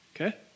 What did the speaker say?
Okay